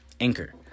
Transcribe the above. Anchor